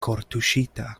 kortuŝita